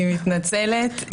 אני מתנצלת.